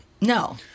No